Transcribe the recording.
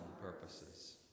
purposes